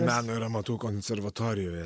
meno ir amatų konservatorijoje